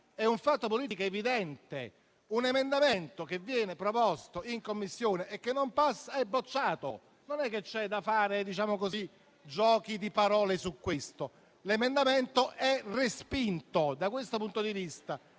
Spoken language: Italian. è un fatto politico evidente: un emendamento che viene proposto in Commissione e che non passa, è bocciato. Non ci sono giri di parole da fare su questo: l'emendamento è respinto. Da questo punto di vista,